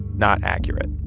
not accurate.